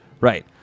right